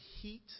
heat